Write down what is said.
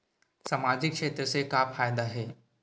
सामजिक क्षेत्र से का फ़ायदा हे?